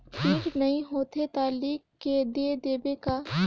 Print नइ होथे ता लिख के दे देबे का?